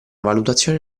valutazione